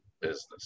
business